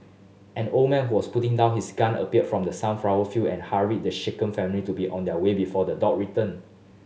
an old man who was putting down his gun appeared from the sunflower field and hurried the shaken family to be on their way before the dog return